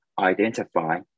identify